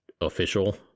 official